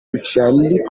uccelli